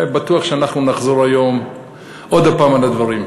והיה בטוח שאנחנו נחזור היום עוד פעם על הדברים.